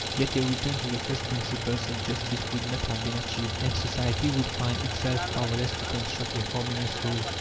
yet a return to the first principles of justice would not have been achieved, and society would find itself powerless to construct a harmonious whole.